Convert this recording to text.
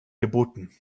geboten